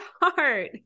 heart